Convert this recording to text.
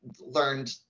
learned